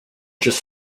just